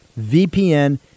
VPN